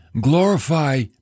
glorify